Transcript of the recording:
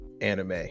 anime